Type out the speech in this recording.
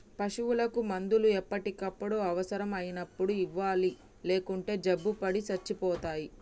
పశువులకు మందులు ఎప్పటికప్పుడు అవసరం అయినప్పుడు ఇవ్వాలి లేకుంటే జబ్బుపడి సచ్చిపోతాయి